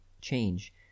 change